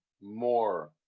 more